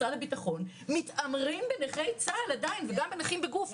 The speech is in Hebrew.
משרד הביטחון מתעמרים בנכי צה"ל עדיין וגם בנכים בגוף,